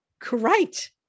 Great